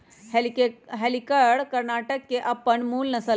हल्लीकर कर्णाटक के अप्पन मूल नसल हइ